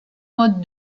modes